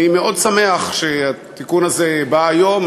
אני מאוד שמח שהתיקון הזה בא היום,